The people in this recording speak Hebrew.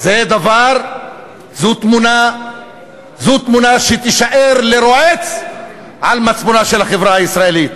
זו תמונה שתישאר לרועץ על מצפונה של החברה הישראלית.